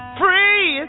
free